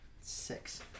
six